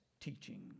teaching